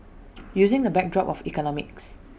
using the backdrop of economics